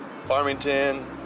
Farmington